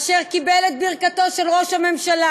אשר קיבל את ברכתו של ראש הממשלה,